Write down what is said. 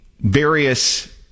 various